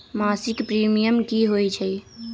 मासिक प्रीमियम की होई छई?